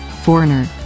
Foreigner